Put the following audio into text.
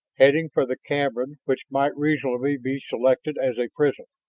heading for the cabin which might reasonably be selected as a prison.